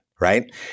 Right